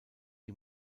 die